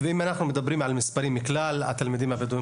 ואם אנחנו מדברים על מספרים של כלל התלמידים הבדואים,